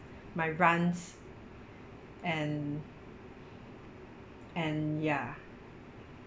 my rants and and ya